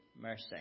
mercy